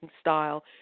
style